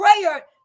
Prayer